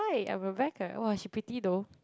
hi I'm Rebecca !wah! but she pretty though